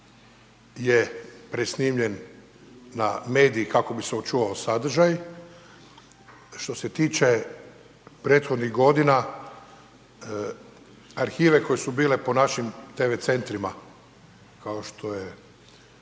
je presnimljen na medij kako bi se očuvao sadržaj, a što se tiče prethodnih godina, arhive koje su bile po našim tv centrima kao što je